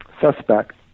suspect